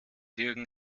jürgen